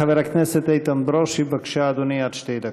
חבר הכנסת איתן ברושי, בבקשה, אדוני, עד שתי דקות.